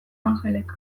angelek